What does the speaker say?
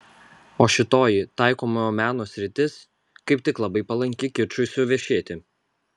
o šitoji taikomojo meno sritis kaip tik labai palanki kičui suvešėti